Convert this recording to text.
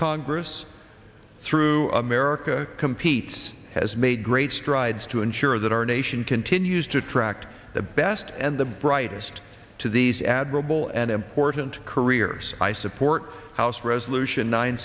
congress through america competes has made great strides to ensure that our nation continues to attract the best and the brightest to these admirable and important careers i support house resolution nine